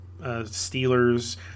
Steelers